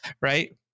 right